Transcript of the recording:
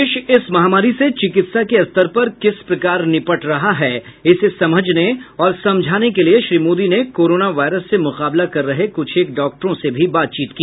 देश इस महामारी से चिकित्सा के स्तर पर किस प्रकार निपट रहा है इसे समझने और समझाने के लिए श्री मोदी ने कोरोना वायरस से मुकाबला कर रहे कुछेक डाक्टरों से भी बात की